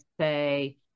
say